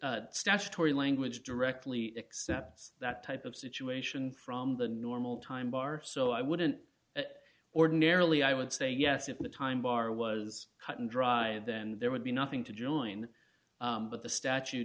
statutory language directly except that type of situation from the normal time bar so i wouldn't ordinarily i would say yes if the time bar was cut and dry then there would be nothing to join but the statute